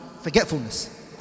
forgetfulness